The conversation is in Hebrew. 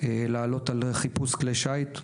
לעלות על כלי שיט לשם חיפוש.